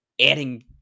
adding